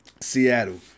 Seattle